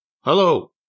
Hello